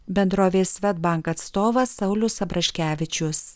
bendrovės svedbank atstovas saulius abraškevičius